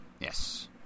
Yes